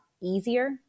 easier